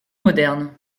modernes